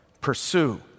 Pursue